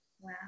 Wow